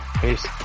Peace